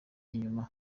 inyuma